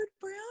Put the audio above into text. Brown